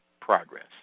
progress